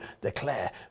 declare